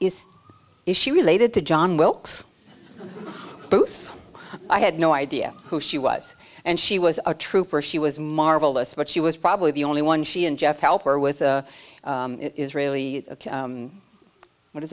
went is she related to john wilkes booth i had no idea who she was and she was a trooper she was marvelous but she was probably the only one she and jeff helper with the israeli what is